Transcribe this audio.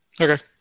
Okay